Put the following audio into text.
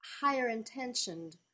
higher-intentioned